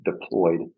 deployed